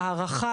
ההערכה,